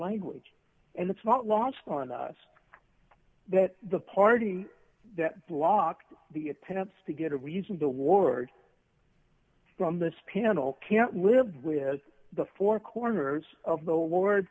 language and it's not lost on us that the party that blocked the attempts to get a reason toward from this panel can't live with the four corners of the war